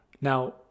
Now